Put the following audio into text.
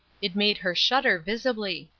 it made her shudder visibly.